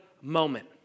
moment